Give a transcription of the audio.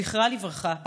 זכרה לברכה,